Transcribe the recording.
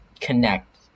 connect